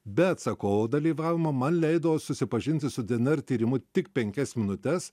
be atsakovo dalyvavimo man leido susipažinti su dnr tyrimu tik penkias minutes